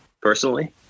personally